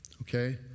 okay